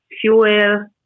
Fuel